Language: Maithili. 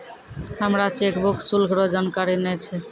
हमरा चेकबुक शुल्क रो जानकारी नै छै